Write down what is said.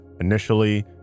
initially